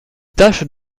taches